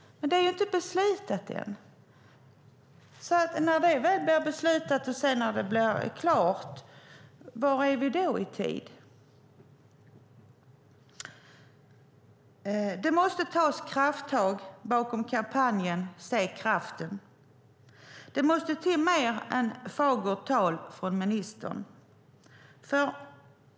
Men det är inte beslutat än. När det väl blir beslutat och klart, var är vi då i tid? Det måste tas krafttag i kampanjen Se kraften. Det måste till mer än fagert tal från ministern.